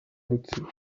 rutsiro